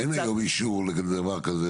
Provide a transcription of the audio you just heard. אין היום אישור לדבר כזה,